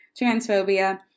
transphobia